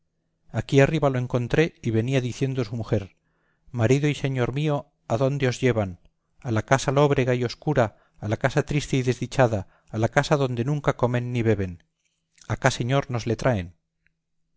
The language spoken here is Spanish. aquí arriba lo encontré y venía diciendo su mujer marido y señor mio adónde os llevan a la casa lóbrega y obscura a la casa triste y desdichada a la casa donde nunca comen ni beben acá señor nos le traen